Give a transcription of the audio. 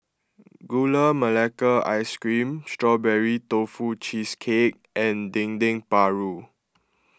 Gula Melaka Ice Cream Strawberry Tofu Cheesecake and Dendeng Paru